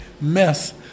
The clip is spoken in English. mess